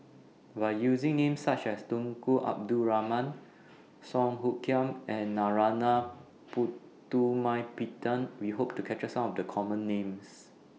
By using Names such as Tunku Abdul Rahman Song Hoot Kiam and Narana Putumaippittan We Hope to capture Some of The Common Names